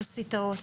לאוניברסיטאות,